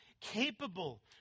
capable